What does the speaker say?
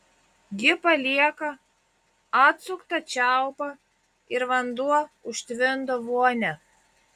ji palieka atsuktą čiaupą ir vanduo užtvindo vonią